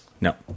No